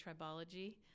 Tribology